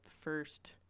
first